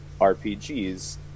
RPGs